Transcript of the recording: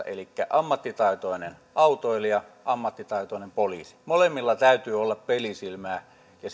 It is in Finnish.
elikkä ammattitaitoinen autoilija ja ammattitaitoinen poliisi molemmilla täytyy olla pelisilmää ja